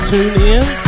TuneIn